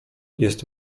jest